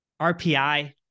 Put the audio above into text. RPI